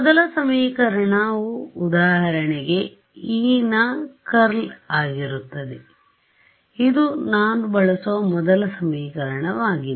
ಮೊದಲ ಸಮೀಕರಣವು ಉದಾಹರಣೆಗೆ E ನ ಸುರುಳಿಯಾಗಿರುತ್ತದೆ ಇದು ನಾನು ಬಳಸುವ ಮೊದಲ ಸಮೀಕರಣವಾಗಿದೆ